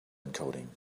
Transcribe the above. encoding